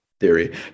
theory